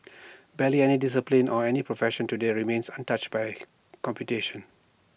barely any discipline or any profession today remains untouched by computation